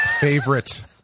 favorite